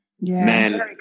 Man